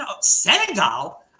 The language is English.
senegal